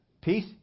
Peace